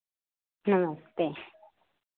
नमस्ते